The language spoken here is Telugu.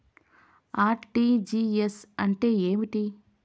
ఆర్.టి.జి.ఎస్ అంటే ఏమిటి?